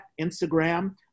Instagram